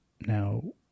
Now